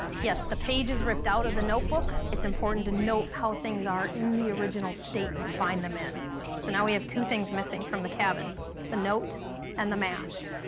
yes, the page is ripped out of the notebook, it's important to note how things are in the original state you find them in. so now we have two things missing from the cabin the note and the mask.